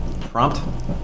Prompt